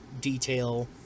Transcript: detail